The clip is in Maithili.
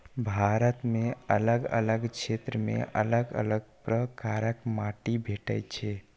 भारत मे अलग अलग क्षेत्र मे अलग अलग प्रकारक माटि भेटै छै